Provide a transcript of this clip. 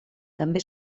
també